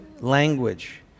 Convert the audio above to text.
language